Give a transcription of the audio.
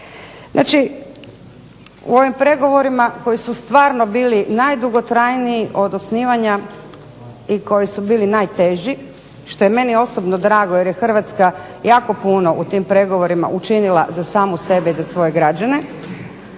Znači u ovim pregovorima koji su stvarno bili najdugotrajniji od osnivanja i koji su bili najteži, što je meni osobno drago jer je Hrvatska jako puno u tim pregovorima učinila za samu sebe i za svoje građane,